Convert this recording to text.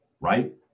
right